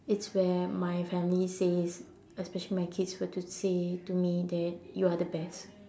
it's where my family says especially my kids were say to me that you're the best